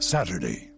Saturday